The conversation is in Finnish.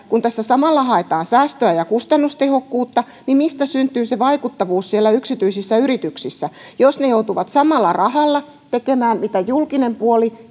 kun tässä samalla haetaan säästöä ja kustannustehokkuutta niin mistä syntyy se vaikuttavuus siellä yksityisissä yrityksissä jos ne joutuvat samalla rahalla tekemään kuin julkinen puoli